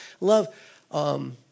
Love